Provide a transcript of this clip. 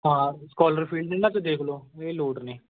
ਹਾਂ scholar field ਇਹਨਾਂ 'ਚ ਤੁਸੀਂ ਦੇਖ ਲਉ ਇਹ ਲੋਟ ਨੇ